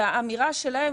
האמירה שלהם,